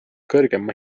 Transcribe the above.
kõrgem